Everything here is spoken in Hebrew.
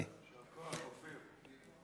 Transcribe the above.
אדוני.